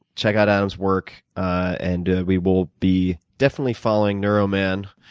check out adam's work. and we will be definitely following neuro man